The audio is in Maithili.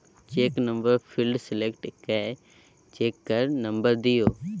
चेक नंबर फिल्ड सेलेक्ट कए चेक केर नंबर दियौ